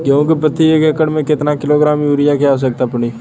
गेहूँ के प्रति एक एकड़ में कितना किलोग्राम युरिया क आवश्यकता पड़ी?